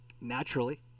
Naturally